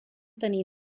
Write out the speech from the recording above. tenir